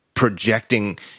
projecting